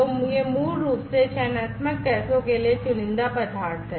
तो ये मूल रूप से चयनात्मक गैसों के लिए चुनिंदा पदार्थ हैं